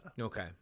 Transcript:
Okay